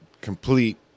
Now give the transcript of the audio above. complete